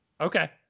Okay